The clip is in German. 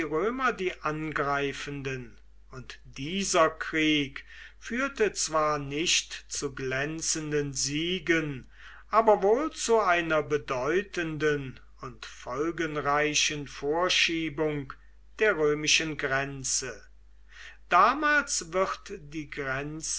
die angreifenden und dieser krieg führte zwar nicht zu glänzenden siegen aber wohl zu einer bedeutenden und folgenreichen vorschiebung der römischen grenze damals wird die